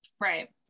Right